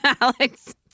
Alex